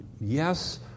yes